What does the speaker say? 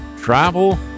travel